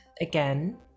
again